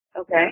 Okay